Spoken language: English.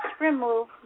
remove